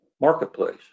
marketplace